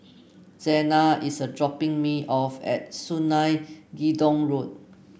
Xena is a dropping me off at Sungei Gedong Road